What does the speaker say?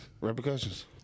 Repercussions